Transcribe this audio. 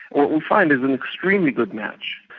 what we find is an extremely good match.